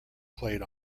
played